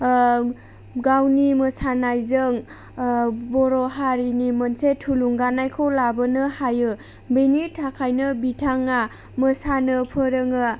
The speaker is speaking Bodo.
ओ गावनि मोसानायजों ओ बर' हारिनि मोनसे थुलुंगानायखौ लाबोनो हायो बिनि थाखायनो बिथाङा मोसानो फोरोङो